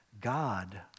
God